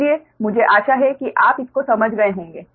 इसलिए मुझे आशा है कि आप इसको समझ गए होंगे